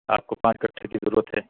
آپ کو پانچ کٹھے کی ضرورت ہے